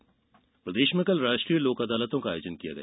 लोक अदालत प्रदेश में कल राष्ट्रीय लोक अदालतों का आयोजन किया गया